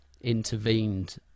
intervened